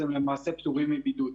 אז הם למעשה פטורים מבידוד.